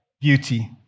beauty